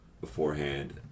beforehand